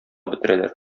бетерәләр